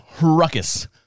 ruckus